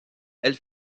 elle